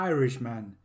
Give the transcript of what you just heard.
Irishman